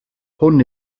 hwn